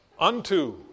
unto